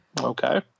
Okay